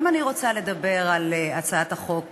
גם אני רוצה לדבר על הצעת חוק